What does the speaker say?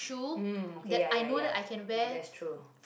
mm okay ya ya ya ya that's true